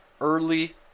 Early